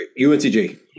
UNCG